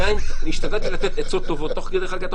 עד היום השתדלתי לתת עצות טובות.